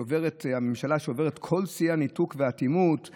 והממשלה שוברת את כל שיאי הניתוק והאטימות,